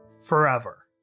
forever